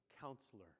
counselor